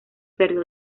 perdió